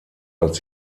als